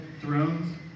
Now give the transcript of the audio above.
thrones